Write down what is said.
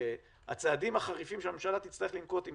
הצעדים החריפים שהממשלה תצטרך לנקוט בהם